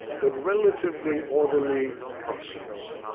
but relatively orderly, process.